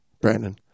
Brandon